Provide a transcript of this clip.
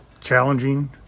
challenging